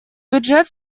бюджет